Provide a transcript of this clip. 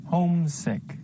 Homesick